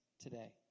today